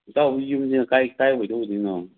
ꯏꯇꯥꯎ ꯍꯣꯏ ꯌꯨꯝꯁꯤꯅ ꯀꯥꯏꯋꯥꯏꯗ ꯑꯣꯏꯗꯣꯏꯅꯣ